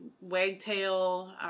wagtail